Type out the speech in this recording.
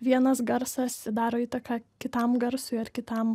vienas garsas daro įtaką kitam garsui ar kitam